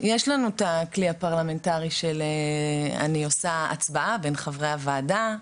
יש לנו את הכלי הפרלמנטרי שבו אני עושה הצבעה בין חברי הוועדה,